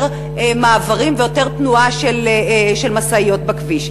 מעברים ויותר תנועה של משאיות בכביש.